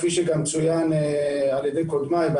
כפי שצוין גם על ידי קודמיי,